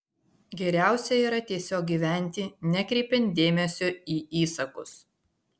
geriausia yra tiesiog gyventi nekreipiant dėmesio į įsakus